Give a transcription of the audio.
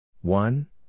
One